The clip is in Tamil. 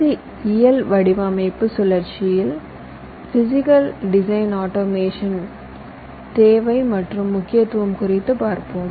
ஐ இயல் வடிவமைப்பு சுழற்சியில் பிசிகல் டிசைன் ஆட்டோமேஷன் தேவை மற்றும் முக்கியத்துவம் குறித்து பார்ப்போம்